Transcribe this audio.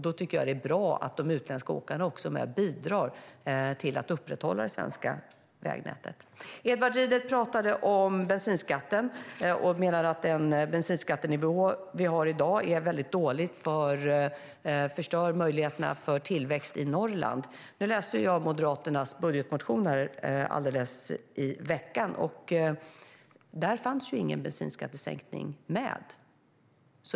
Då är det bra att de utländska åkarna också är med och bidrar till att upprätthålla det svenska vägnätet. Edward Riedl talade om bensinskatten och menar att den bensinskattenivå vi har i dag är väldigt dålig och förstör möjligheterna för tillväxt i Norrland. Nu läste jag Moderaternas budgetmotion alldeles i veckan. Där fanns ingen bensinskattesänkning med.